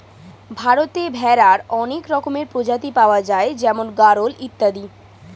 ভারতে ভেড়ার অনেক রকমের প্রজাতি পাওয়া যায় যেমন গাড়ল ইত্যাদি